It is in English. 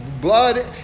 blood